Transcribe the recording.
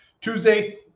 tuesday